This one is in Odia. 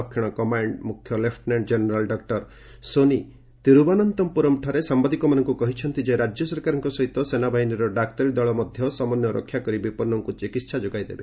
ଦକ୍ଷିଣ କମାଣ୍ଡ ମୁଖ୍ୟ ଲେଫୁନାଣ୍ଟ ଜେନେରାଲ୍ ଡକ୍ଟର ସୋନି ତିରୁବନନ୍ତପୁରମ୍ଠାରେ ସାମ୍ବାଦିକମାନଙ୍କୁ କହିଛନ୍ତି ଯେ ରାଜ୍ୟ ସରକାରଙ୍କ ସହିତ ସେନାବାହିନୀର ଡାକ୍ତରୀଦଳ ମଧ୍ୟ ସମନ୍ୱୟ ରକ୍ଷା କରି ବିପନ୍ନଙ୍କୁ ଚିକିତ୍ସା ଯୋଗାଇଦେବ